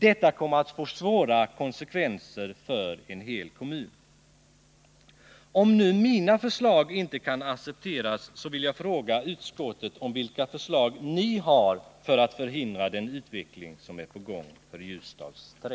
Detta kommer att få svåra konsekvenser för en hel ällda in i bilden? kommun. Om nu mina förslag inte kan accepteras så vill jag fråga vilka förslag utskottet har för att förhindra den utveckling som är på gång för Ljusdals Trä.